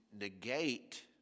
negate